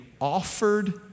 offered